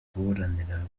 kuburana